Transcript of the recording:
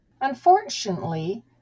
Unfortunately